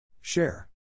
Share